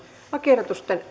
lakiehdotuksesta